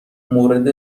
مورد